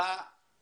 אותה